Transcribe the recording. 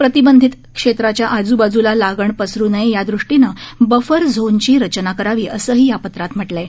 प्रतिबंधित क्षेत्राच्या आजुबाजूला लागण पसरू नये या दृष्टीने बफर झोनची रचना करावी असंही या पत्रात म्हटलं आहे